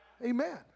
Amen